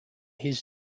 his